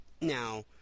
now